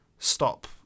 stop